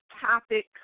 topic